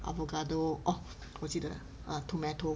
avocado oh 我记得了 uh tomato